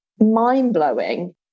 mind-blowing